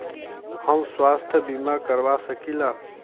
हम स्वास्थ्य बीमा करवा सकी ला?